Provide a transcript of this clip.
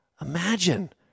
imagine